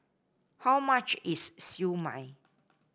how much is Siew Mai